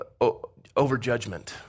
overjudgment